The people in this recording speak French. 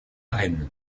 rennes